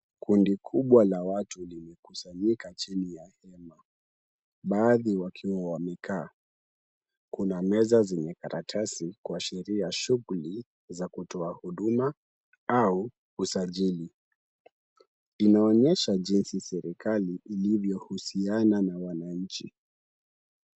Kundi kubwa la watu limekusanyika chini ya hema. Baadhi yake wamekaa. Kuna meza zenye karatasi kuashiria shughuli za kutoa huduma au usajili. Inaonyesha jinsi serikali ilivyohusiana na wananchi.